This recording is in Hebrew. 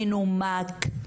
מנומק,